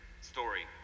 story